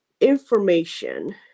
information